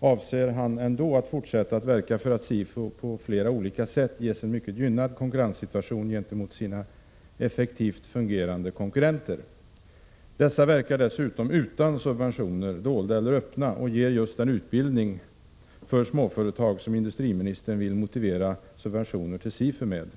avser han ändå att fortsätta att verka för att SIFU på flera olika sätt ges en mycket gynnad konkurrenssituation gentemot sina effektivt fungerande konkurrenter. Dessa verkar dessutom utan subventioner — dolda eller öppna — och ger just den utbildning för småföretag som industriministern vill motivera subventioner till SIFU med.